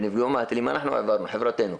שנפגעו מהטילים אנחנו העברנו חברתנו,